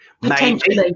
Potentially